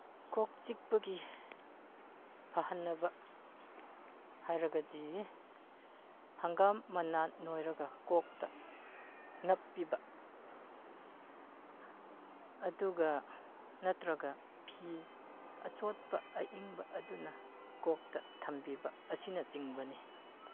ꯀꯣꯛ ꯆꯤꯛꯄꯒꯤ ꯐꯍꯟꯅꯕ ꯍꯥꯏꯔꯒꯗꯤ ꯍꯪꯒꯥꯝ ꯃꯅꯥ ꯅꯣꯏꯔꯒ ꯀꯣꯛꯇ ꯅꯞꯄꯤꯕ ꯑꯗꯨꯒ ꯅꯠꯇ꯭ꯔꯒ ꯐꯤ ꯑꯆꯣꯠꯄ ꯑꯏꯪꯕ ꯑꯗꯨꯅ ꯀꯣꯛꯇ ꯊꯝꯕꯤꯕ ꯑꯁꯤꯅꯆꯤꯡꯕꯅꯤ